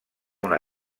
una